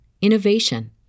innovation